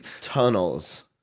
Tunnels